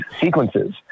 sequences